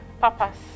purpose